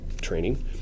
training